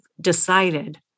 decided